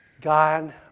God